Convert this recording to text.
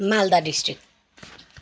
Malda district